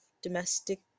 domestic